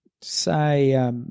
say